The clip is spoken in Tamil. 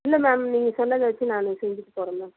இல்லை மேம் நீங்கள் சொன்னதை வச்சு நான் செஞ்சுகிட்டு போகறேன் மேம்